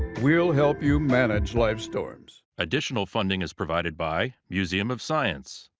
we'll help you manage life's storms. additional funding is provided by museum of science.